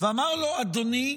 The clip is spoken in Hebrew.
ואמר לו: אדוני,